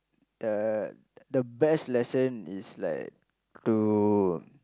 uh the the best lesson is like to